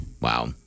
Wow